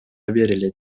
берилет